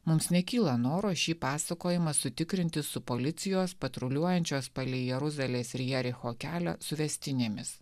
mums nekyla noro šį pasakojimą sutikrinti su policijos patruliuojančios palei jeruzalės ir jericho kelią suvestinėmis